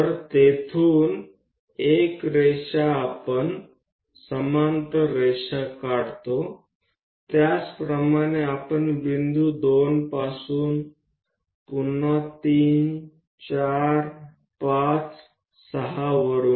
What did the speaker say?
તો પહેલી લીટી ત્યાંથી આપણે એક સમાંતર લીટી દોરીશું તે જ રીતે બિંદુ 2 માંથી આપણે એક સમાંતર લીટી દોરીશું